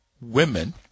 women